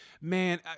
man